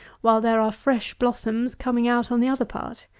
while there are fresh blossoms coming out on the other part.